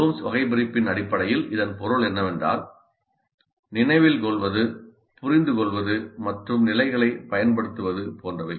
blooms வகைபிரிப்பின் அடிப்படையில் இதன் பொருள் என்னவென்றால் நினைவில் கொள்வது புரிந்துகொள்வது மற்றும் நிலைகளைப் பயன்படுத்துவது போன்றது